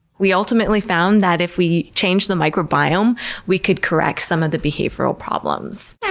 we ultimately found that if we changed the microbiome we could correct some of the behavioral problems.